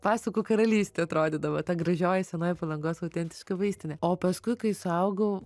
pasakų karalystė atrodydavo ta gražioji senoji palangos autentiška vaistinė o paskui kai suaugau